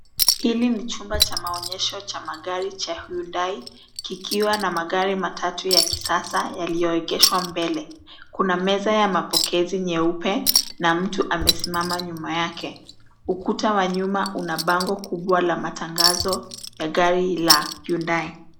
Hili ni chumba cha maonyesho cha magari ya hyundai kikiwa na magari matatu ya kisasa, yaliyoegeshwa mbele. Kuna meza ya mapokezi nyeupe, na mtu amesimama nyuma yake. Ukuta wa nyuma una bango kubwa la matangazo ya gari ya hyundai.